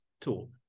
tool